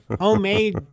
homemade